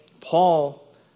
Paul